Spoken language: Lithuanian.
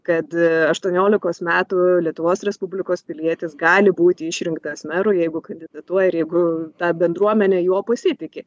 kad aštuoniolikos metų lietuvos respublikos pilietis gali būti išrinktas meru jeigu kandidatuoja ir jeigu ta bendruomenė juo pasitiki